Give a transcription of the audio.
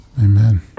Amen